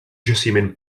jaciment